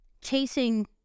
chasing